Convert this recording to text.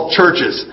churches